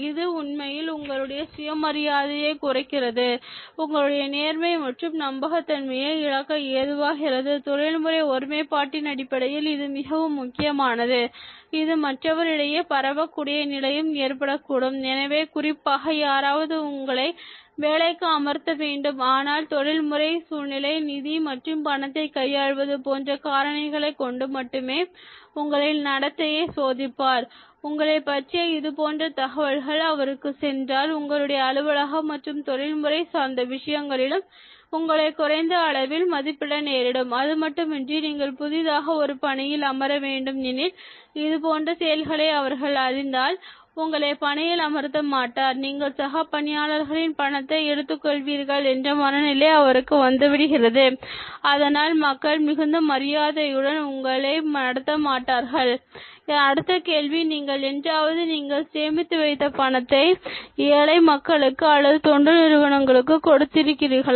இது உண்மையில் உங்களுடைய சுயமரியாதையை குறைகிறது உங்களுடைய நேர்மை மற்றும் நம்பகத் தன்மையை இழக்க ஏதுவாகிறது தொழில்முறை ஒருமைப்பாட்டின் அடிப்படையில் இது மிகவும் முக்கியமானது இது மற்றவர் இடையே பரவக்கூடிய நிலையும் ஏற்படக் கூடும் எனவே குறிப்பாக யாராவது உங்களை வேலைக்கு அமர்த்த வேண்டும் ஆனால் தொழில்முறை சூழ்நிலை நிதி மற்றும் பணத்தை கையாள்வது போன்ற காரணிகளைக் கொண்டு மட்டுமே உங்களை நடத்தையை சோதிப்பார் உங்களைப் பற்றிய இது போன்ற தகவல்கள் அவர்களுக்குச் சென்றால் உங்களுடைய அலுவலகம் மற்றும் தொழில்முறை சார்ந்த விஷயங்களிலும் உங்களை குறைந்த அளவில் மதிப்பிட நேரிடும் அதுமட்டுமின்றி நீங்கள் புதிதாக ஒரு பணியில் அமர வேண்டும் எனில் இது போன்ற செய்கைகளை அவர்கள் அறிந்தால் உங்களை பணியில் அமர்த்த மாட்டார் நீங்கள் சக பணியாளர்களின் பணத்தை எடுத்துக் கொள்வீர்கள் என்ற மனநிலை அவருக்கு வந்துவிடுகிறது அதனால் மக்கள் மிகுந்த மரியாதையுடன் உங்களை நடத்த மாட்டார்கள் அடுத்த கேள்வி நீங்கள் என்றாவது நீங்கள் சேமித்து வைத்தபணத்தை ஏழை மக்களுக்கு அல்லது தொண்டு நிறுவனங்களுக்கு கொடுத்து இருக்கிறீர்களா